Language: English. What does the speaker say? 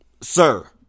sir